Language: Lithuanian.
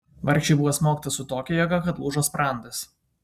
vargšei buvo smogta su tokia jėga kad lūžo sprandas